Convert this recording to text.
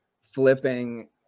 flipping